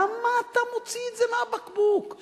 למה אתה מוציא את זה מהבקבוק?